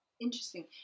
Interesting